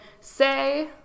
say